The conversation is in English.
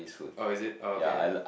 oh is it oh okay okay